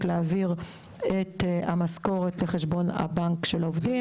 להעביר את המשכורת לחשבון הבנק של העובדים.